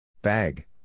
Bag